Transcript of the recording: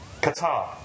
Qatar